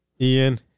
Ian